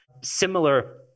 similar